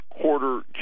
quarter